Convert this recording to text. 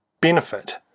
benefit